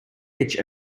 pitch